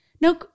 no